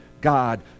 God